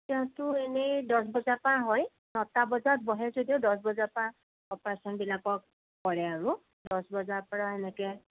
তেওঁতো এনে দহ বজাৰ পৰা হয় ন টা বজাত বহে যদিও দহ বজাৰ পৰা অপাৰেচন বিলাকক কৰে আৰু দহ বজাৰ পৰা এনেকে